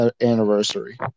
anniversary